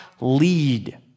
lead